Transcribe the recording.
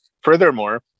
Furthermore